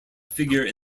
figure